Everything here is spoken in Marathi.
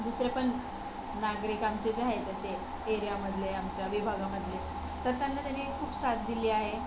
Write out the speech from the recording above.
दुसरे पण नागरिक आमचे जे आहेत असे एरियामधले आमच्या विभागामधले तर त्यांना त्याने खूप साथ दिली आहे